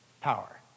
power